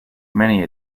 many